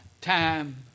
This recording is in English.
time